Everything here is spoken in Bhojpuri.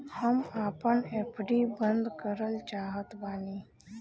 हम आपन एफ.डी बंद करल चाहत बानी